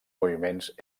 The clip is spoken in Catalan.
moviments